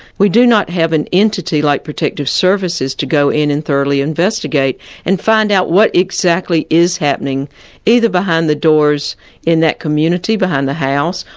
we do not have an entity like protective services to go in and thoroughly investigate and find out what exactly is happening either behind the doors in that community, behind the house,